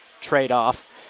trade-off